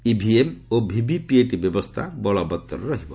EVM ଓ VVPAT ବ୍ୟବସ୍ଥା ବଳବତ୍ତର ରହିବ